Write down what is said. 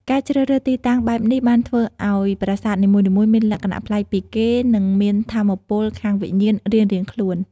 ការជ្រើសរើសទីតាំងបែបនេះបានធ្វើឲ្យប្រាសាទនីមួយៗមានលក្ខណៈប្លែកពីគេនិងមានថាមពលខាងវិញ្ញាណរៀងៗខ្លួន។